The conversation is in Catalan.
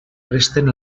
presten